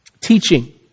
Teaching